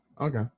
okay